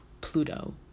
Pluto